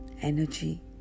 Energy